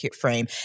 frame